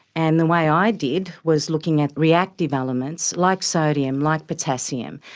and the way i did was looking at reactive elements like sodium, like potassium.